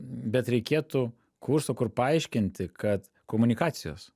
bet reikėtų kurso kur paaiškinti kad komunikacijos